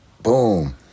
Boom